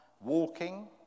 walking